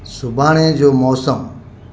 सुभाणे जो मौसमु